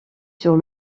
sur